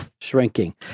shrinking